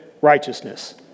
righteousness